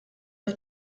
auf